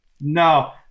No